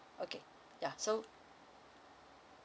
okay yeah so